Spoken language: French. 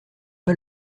pas